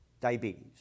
diabetes